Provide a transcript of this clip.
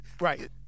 Right